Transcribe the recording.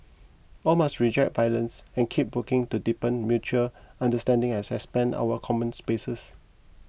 all must reject violence and keep working to deepen mutual understanding and expand our common spaces